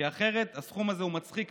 כי אחרת הסכום הזה הוא מצחיק,